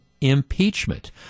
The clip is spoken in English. Impeachment